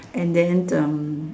and then